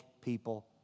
people